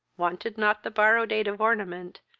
wanted not the borrowed aid of ornament,